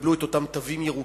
ויקבלו את אותם תווים ירוקים,